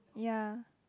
ya